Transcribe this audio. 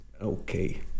okay